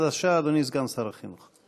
בבקשה, אדוני סגן שר החינוך.